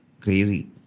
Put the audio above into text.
Crazy